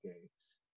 gates